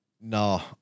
No